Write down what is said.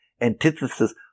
Antithesis